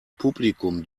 publikum